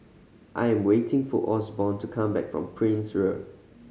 I'm waiting for Osborne to come back from Prince Road